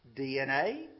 DNA